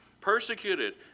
Persecuted